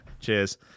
cheers